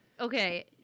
okay